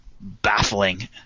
baffling